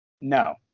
No